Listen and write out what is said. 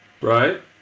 Right